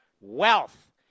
wealth